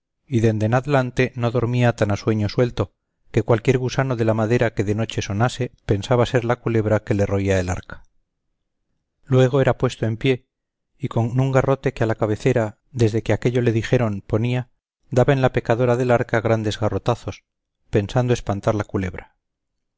y dende en adelante no dormía tan a sueño suelto que cualquier gusano de la madera que de noche sonase pensaba ser la culebra que le roía el arca luego era puesto en pie y con un garrote que a la cabacera desde que aquello le dijeron ponía daba en la pecadora del arca grandes garrotazos pensando espantar la culebra